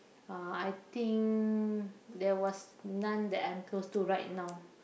uh I think there was none that I'm close to right now